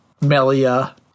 Melia